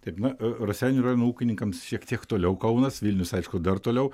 taip na raseinių rajono ūkininkams šiek tiek toliau kaunas vilnius aišku dar toliau